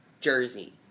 jersey